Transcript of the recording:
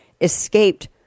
escaped